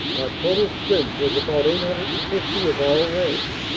total strength was about eight hundred and fifty of all ranks,